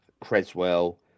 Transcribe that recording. Creswell